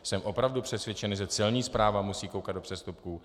Jsem opravdu přesvědčen, že Celní správa musí koukat do přestupků.